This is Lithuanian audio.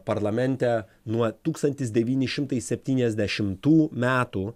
parlamente nuo tūkstantis devyni šimtai septyniasdešimtų metų